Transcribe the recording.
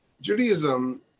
judaism